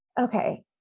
okay